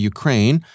Ukraine